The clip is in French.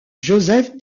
jozef